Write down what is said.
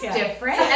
different